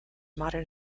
modern